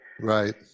Right